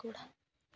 Bankura